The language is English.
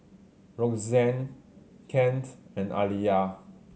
Roxanne Kent and Aliya